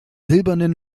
silbernen